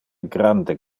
grande